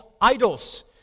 idols